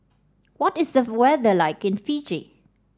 what is the weather like in Fiji